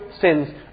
sins